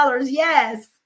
Yes